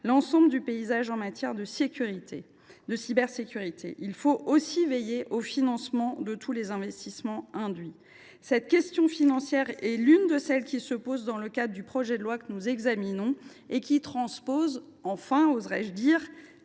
l’ensemble du paysage en matière de cybersécurité. Nous devons aussi veiller au financement de tous les investissements induits. Cette question financière est l’une de celles qui se posent dans le cadre du projet de loi que nous examinons et qui a pour objet de transposer – enfin, oserai je dire